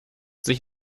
sich